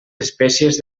espècies